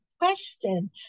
Question